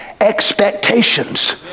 Expectations